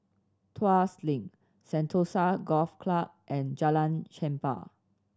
Tuas Link Sentosa Golf Club and Jalan Chempah